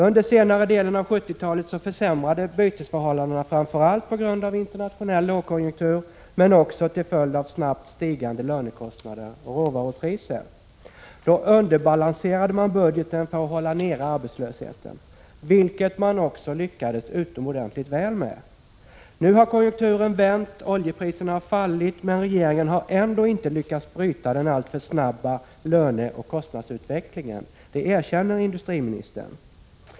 Under senare delen av 70-talet försämrades bytesförhållandena, framför allt på grund av internationell lågkonjunktur men också till följd av snabbt stigande lönekostnader och råvarupriser. Då underbalanserade man budgeten för att hålla arbetslösheten nere, vilket man också lyckades utomordentligt väl med. Nu har konjunkturen vänt och oljepriserna har fallit. Men regeringen har ändå inte lyckats bryta den alltför snabba löneoch kostnadsutvecklingen; det erkänner industriministern.